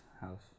house